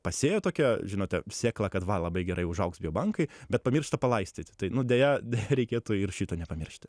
pasėjo tokią žinote sėklą kad va labai gerai užaugs biobankai bet pamiršta palaistyti tai nu deja deja reikėtų ir šito nepamiršti